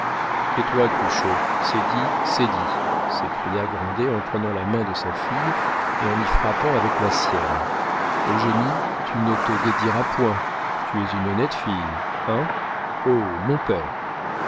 tais-toi cruchot c'est dit c'est dit s'écria grandet en prenant la main de sa fille et y frappant avec la sienne eugénie tu ne te dédiras point tu es une honnête fille hein oh mon père